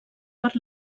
per